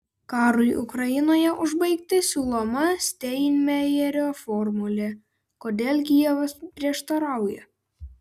karui ukrainoje užbaigti siūloma steinmeierio formulė kodėl kijevas prieštarauja